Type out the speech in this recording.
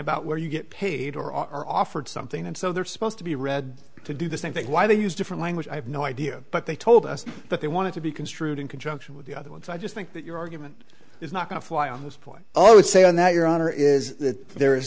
about where you get paid or are offered something and so they're supposed to be read to do the same thing why they use different language i have no idea but they told us that they wanted to be construed in conjunction with the other one so i just think that your argument is not going to fly on this point oh i would say on that your honor is that there is